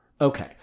Okay